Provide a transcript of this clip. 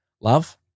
Love